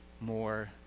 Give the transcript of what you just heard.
more